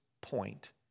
point